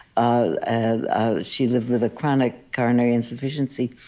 ah she lived with a chronic coronary insufficiency,